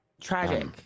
Tragic